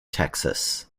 texas